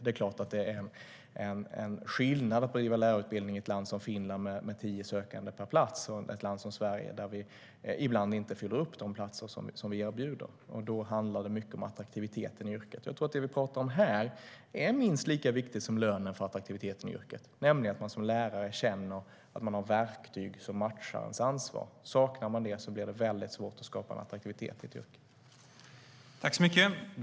Det är klart att det är skillnad på att bedriva lärarutbildning i ett land som Finland, med tio sökande per plats, och ett land som Sverige där vi ibland inte fyller de platser som vi erbjuder. Då handlar det mycket om attraktiviteten i yrket. Överläggningen var härmed avslutad.